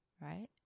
Right